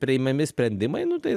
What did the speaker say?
priimami sprendimai nu tai